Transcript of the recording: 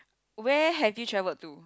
where have you traveled to